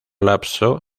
lapso